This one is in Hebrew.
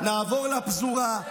נעבור לפזורה,